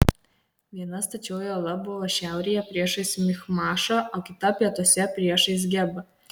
viena stačioji uola buvo šiaurėje priešais michmašą o kita pietuose priešais gebą